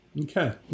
Okay